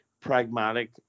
pragmatic